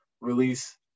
release